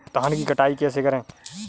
धान की कटाई कैसे करें?